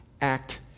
act